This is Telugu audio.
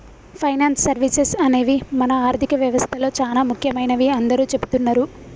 ఫైనాన్స్ సర్వీసెస్ అనేవి మన ఆర్థిక వ్యవస్తలో చానా ముఖ్యమైనవని అందరూ చెబుతున్నరు